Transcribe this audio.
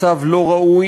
זה מצב לא ראוי,